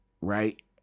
right